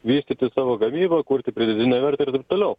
vystyti savo gamybą kurti pridėtinę vertę ir taip toliau